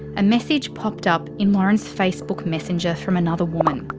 a message popped up in lauren's facebook messenger from another woman.